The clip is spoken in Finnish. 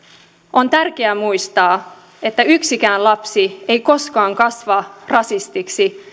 on tärkeää muistaa että yksikään lapsi ei koskaan kasva rasistiksi